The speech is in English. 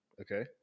Okay